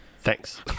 Thanks